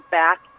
back